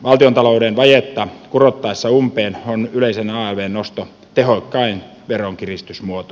valtiontalouden vajetta kurottaessa umpeen on yleisen alvn nosto tehokkain veronkiristysmuoto